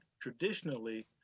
traditionally